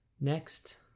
Next